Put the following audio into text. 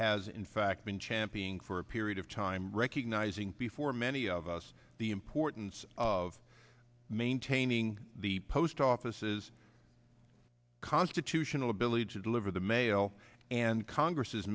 has in fact been championing for a period of time recognizing before many of us the importance of maintaining the post offices constitutional ability to deliver the mail and congress